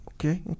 Okay